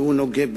שהוא נוגד,